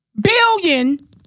Billion